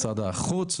משרד החוץ,